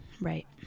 Right